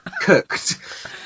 cooked